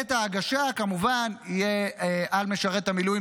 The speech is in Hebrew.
בעת ההגשה כמובן יהיה על משרת המילואים